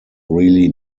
really